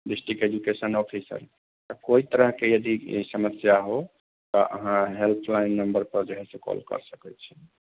district education officer कोइ तरहके यदि समस्या हो तऽ अहाँ हेल्पलाइन नम्बर पर जे है से कॉल कर सकै छी